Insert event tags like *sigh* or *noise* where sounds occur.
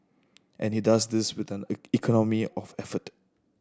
and he does this with an *unintelligible* economy of effort